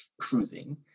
cruising